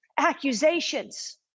accusations